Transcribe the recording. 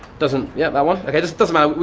doesn't, yeah, that one. okay, just doesn't matter,